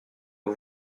aux